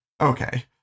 Okay